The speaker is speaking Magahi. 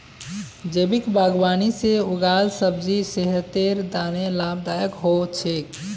जैविक बागवानी से उगाल सब्जी सेहतेर तने लाभदायक हो छेक